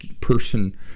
person